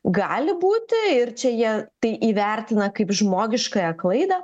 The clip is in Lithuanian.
gali būti ir čia jie tai įvertina kaip žmogiškąją klaidą